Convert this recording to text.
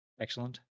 excellent